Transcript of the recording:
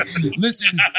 listen